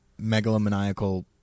megalomaniacal